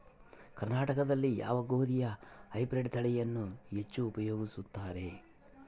ಕರ್ನಾಟಕದಲ್ಲಿ ಯಾವ ಗೋಧಿಯ ಹೈಬ್ರಿಡ್ ತಳಿಯನ್ನು ಹೆಚ್ಚು ಉಪಯೋಗಿಸುತ್ತಾರೆ?